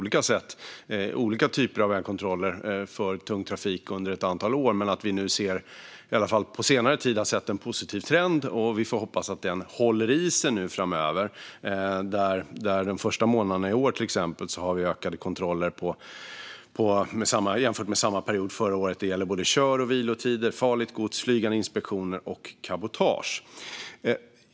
Det gäller olika typer av vägkontroller av tung trafik. På senare tid har vi dock sett en positiv trend, och vi får hoppas att den håller i sig framöver. De första månaderna i år hade vi till exempel, jämfört med samma period förra året, ökade kontroller av kör och vilotider, farligt gods, flygande inspektioner och cabotage.